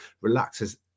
relaxes